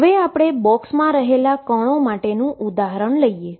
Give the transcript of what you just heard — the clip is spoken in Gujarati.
હવે આપણે બોક્સમાં રહેલા પાર્ટીકલ માટેનુ ઉદાહરણ લઈએ